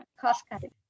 cost-cutting